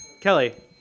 Kelly